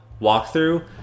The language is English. walkthrough